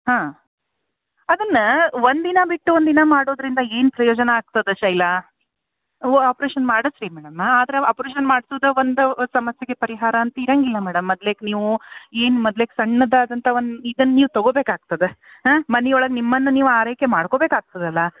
ಹಾಂ ಅದನ್ನು ಒಂದು ದಿನ ಬಿಟ್ಟು ಒಂದು ಮಾಡುದರಿಂದ ಏನು ಪ್ರಯೋಜನ ಆಗ್ತದೆ ಶೈಲಾ ವ್ ಆಪ್ರೆಷನ್ ಮಾಡ್ಸಿ ರೀ ಮೇಡಮ ಆದ್ರೆ ಆಪ್ರೆಷನ್ ಮಾಡ್ಸುದೆ ಒಂದು ಒಂದು ಸಮಸ್ಯೆಗೆ ಪರಿಹಾರ ಅಂತ ಇರೋಂಗಿಲ್ಲ ಮೇಡಮ್ ಮದ್ಲೆಕ ನೀವು ಏನು ಮದ್ಲೆಕ ಸಣ್ಣದಾದಂಥ ಒಂದು ಇದನ್ನ ನೀವು ತಗೊಬೇಕಾಗ್ತದೆ ಹಾಂ ಮನೆ ಒಳಗೆ ನಿಮ್ಮನ್ನ ನೀವು ಆರೈಕೆ ಮಾಡ್ಕೊಬೇಕಾಗ್ತದಲ್ಲ